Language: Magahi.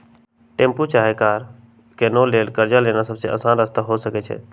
टेम्पु चाहे कार किनै लेल कर्जा लेनाइ सबसे अशान रस्ता हो सकइ छै